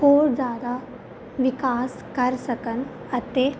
ਹੋਰ ਜ਼ਿਆਦਾ ਵਿਕਾਸ ਕਰ ਸਕਣ ਅਤੇ